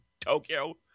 Tokyo